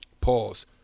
Pause